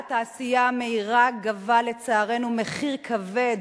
להט העשייה המהירה גבה, לצערנו, מחיר כבד